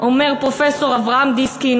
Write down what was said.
אומר פרופסור אברהם דיסקין,